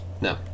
No